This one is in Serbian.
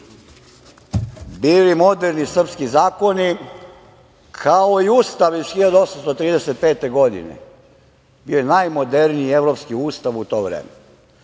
bili moderni srpski zakoni, kao i Ustav iz 1835. godine. Bio je najmoderniji evropski ustav u to vreme.